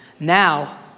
Now